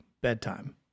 bedtime